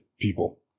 people